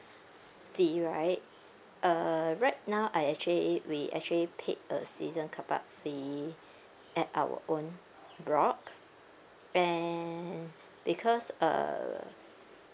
fee right err right now I actually we actually paid a season car park fee at our own block and because uh